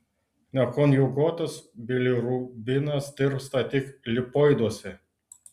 nekonjuguotas bilirubinas tirpsta tik lipoiduose